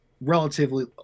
relatively